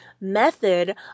method